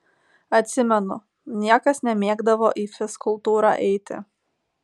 atsimenu niekas nemėgdavo į fizkultūrą eiti